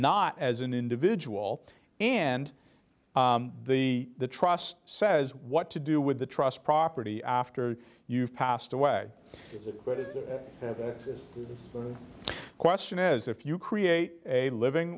not as an individual and the trust says what to do with the trust property after you've passed away but it is the question is if you create a living